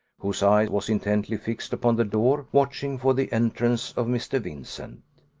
whose eye was intently fixed upon the door, watching for the entrance of mr. vincent.